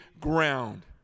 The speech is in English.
ground